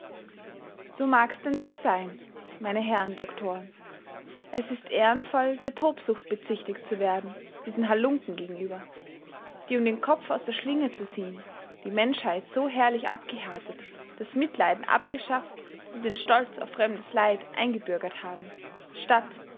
so mag's denn so sein meine herren doktoren es ist ehrenvoll der tobsucht bezichtigt zu werden diesen hallunken gegenüber die um den kopf aus der schlinge zu ziehen die menschheit so herrlich abgehärtet das mitleiden abgeschafft und den stolz auf fremdes leid eingebürgert haben statt